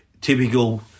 typical